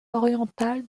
orientale